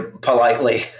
politely